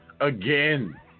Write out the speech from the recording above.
again